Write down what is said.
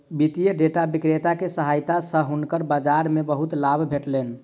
वित्तीय डेटा विक्रेता के सहायता सॅ हुनका बाजार मे बहुत लाभ भेटलैन